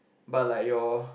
but like your